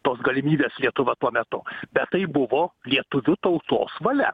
tos galimybės lietuva tuo metu bet tai buvo lietuvių tautos valia